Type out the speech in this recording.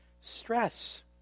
stress